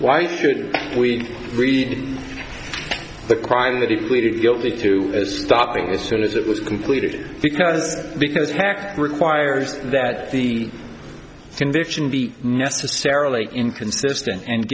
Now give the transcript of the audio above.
why should we read the crime that is guilty to stopping as soon as it was completed because because fact requires that the conviction be necessarily inconsistent and